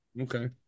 okay